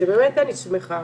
באמת אני שמחה,